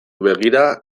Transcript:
begira